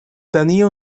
tenia